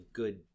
good